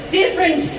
different